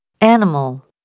Animal